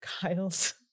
kyle's